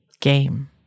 game